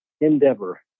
endeavor